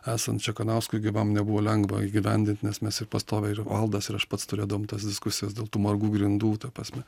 esant čekanauskui gyvam nebuvo lengva įgyvendint nes mes ir pastoviai ir valdas ir aš pats turėdavom tas diskusijas dėl tų margų grindų ta prasme